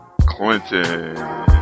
Clinton